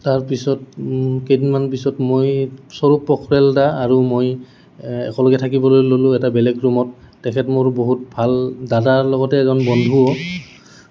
তাৰপিছত কেইদিনমান পিছত মই স্বৰূপ পখ্ৰেল দা আৰু মই একেলগে থাকিবলৈ ল'লোঁ এটা বেলেগ ৰুমত তেখেত মোৰ বহুত ভাল দাদাৰ লগতে এজন বন্ধু